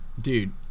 Dude